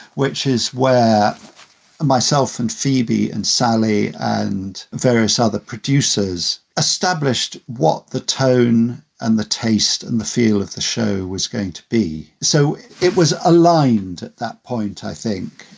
which is where myselfand seabee and salleh and various other producers established what the tone and the taste and the feel of the show was going to be. so it was aligned at that point, i think.